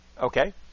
Okay